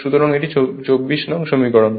সুতরাং এটি 24 নং সমীকরণ